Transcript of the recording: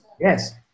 Yes